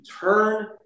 turn